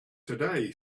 today